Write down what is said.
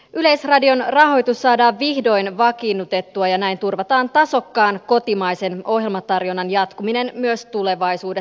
yleisradion rahoitus saadaan vihdoin vakiinnutettua ja näin turvataan tasokkaan kotimaisen ohjelmatarjonnan jatkuminen myös tulevaisuudessa